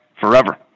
forever